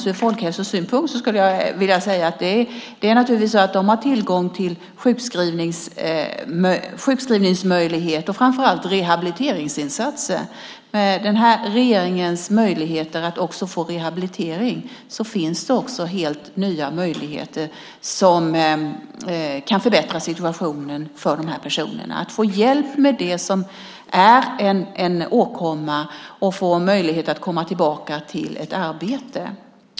Från folkhälsosynpunkt har de, skulle jag vilja säga, naturligtvis tillgång till möjligheten till sjukskrivning och framför allt till rehabiliteringsinsatser. Med den här regeringens möjligheter att också få rehabilitering finns det nu helt nya möjligheter att förbättra situationen för de här personerna så att de kan få hjälp med vad som är en åkomma och få en möjlighet att komma tillbaka till ett arbete.